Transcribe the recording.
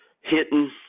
hitting